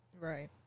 Right